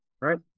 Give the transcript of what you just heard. Right